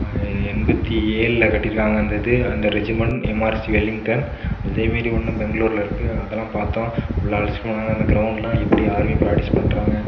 எண்பத்தி ஏழில் கட்டிருக்காங்க அந்த இது அந்த ரெஜிமென்ட் எம்ஆர்சி வெல்லிங்டன் அதே மாரி ஒன்று பெங்களூர்ல இருக்குது அதெலாம் பார்த்தோம் எல்லாம் அழைச்சிட்டு போனாங்க அந்த க்ரௌண்ட்லலாம் எப்படி ஆர்மி ப்ராக்ட்டிஸ் பண்ணுறாங்க